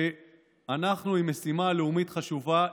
ואנחנו עם משימה לאומית חשובה.